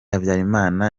habyarimana